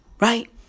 Right